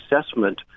assessment